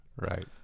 Right